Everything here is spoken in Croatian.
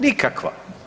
Nikakva.